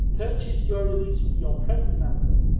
purchase your release from your present master.